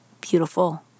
beautiful